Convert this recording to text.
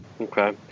Okay